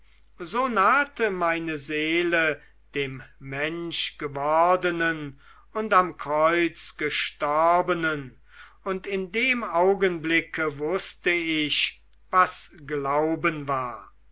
so nahte meine seele dem menschgewordnen und am kreuz gestorbenen und in dem augenblicke wußte ich was glauben war